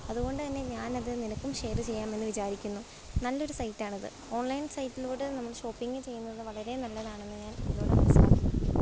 അതു കൊണ്ടു തന്നെ ഞാനത് നിനക്കും ഷെയർ ചെയ്യാമെന്നു വിചാരിക്കുന്നു നല്ലൊരു സൈറ്റാണിത് ഓൺലൈൻ സൈറ്റിനോട് നമ്മൾ ഷോപ്പിങ് ചെയ്യുന്നത് വളരെ നല്ലതാണെന്ന് ഞാൻ ഇതിലൂടെ മനസ്സിലാക്കി